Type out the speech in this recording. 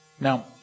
Now